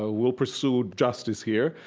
ah we'll pursue justice here.